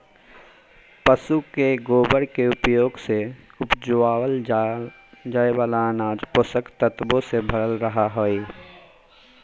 पशु के गोबर के उपयोग से उपजावल जाय वाला अनाज पोषक तत्वों से भरल रहो हय